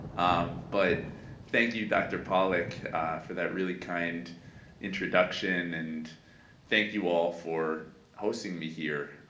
um but thank you dr. pollock for that really kind introduction and thank you all for hosting me here.